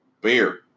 beer